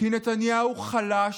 כי נתניהו חלש,